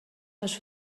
les